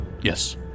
yes